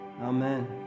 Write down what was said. Amen